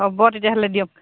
হ'ব তেতিয়াহ'লে দিয়ক